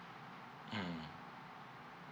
mm